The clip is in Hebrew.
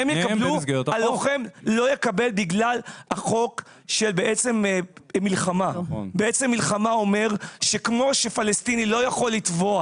הלוחם לא יקבל בגלל חוק מלחמה שאומר שכמו שפלסטיני לא יכול לתבוע